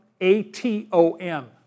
A-T-O-M